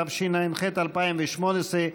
התשע"ח 2018,